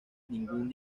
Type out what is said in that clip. ningún